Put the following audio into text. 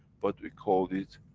but we called it,